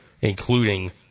including